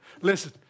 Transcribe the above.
Listen